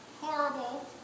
horrible